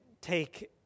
take